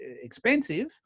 expensive